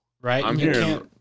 right